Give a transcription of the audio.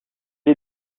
est